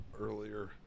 earlier